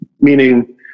Meaning